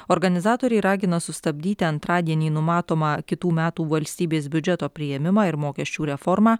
organizatoriai ragina sustabdyti antradienį numatomą kitų metų valstybės biudžeto priėmimą ir mokesčių reformą